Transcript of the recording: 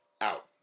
out